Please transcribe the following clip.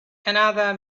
another